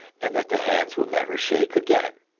and that the hands will never shake again.